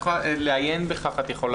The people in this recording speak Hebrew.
על האירועים המפורטים בטור ב' בטבלה,